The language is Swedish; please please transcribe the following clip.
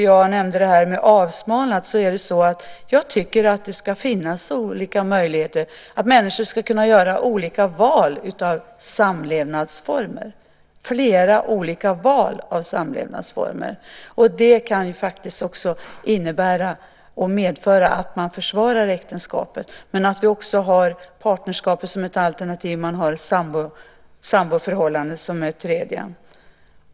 Jag nämnde det där med avsmalnat därför att jag tycker att det ska finnas olika möjligheter, att människor ska kunna göra olika val av samlevnadsformer, flera olika val av samlevnadsformer. Det kan också innebära att man försvarar äktenskapet. Men vi har partnerskapet som ett alternativ och samboförhållandet som ett annat.